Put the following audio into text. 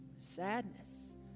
sadness